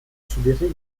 studierte